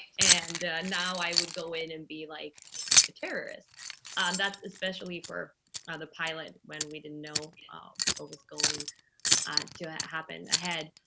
and now i would go in and be like a terrorist. and that's especially for the pilot when we didn't know what was going to happen ahead.